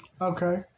Okay